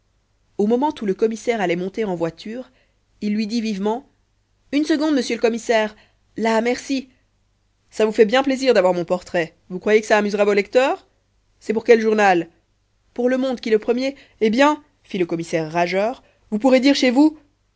au moment où le commissaire allait monter en voiture il lui dit vivement une seconde monsieur le commissaire là merci ça vous fait bien plaisir d'avoir mon portrait vous croyez que ça amusera vos lecteurs c'est pour quel journal pour le monde qui le premier eh bien fit le commissaire rageur vous pourrez dire chez vous